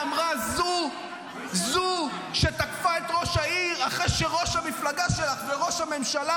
--- אמרה זו שתקפה את ראש העיר אחרי שראש המפלגה שלך וראש הממשלה,